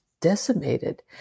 decimated